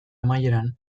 amaieran